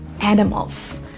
animals